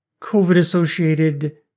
COVID-associated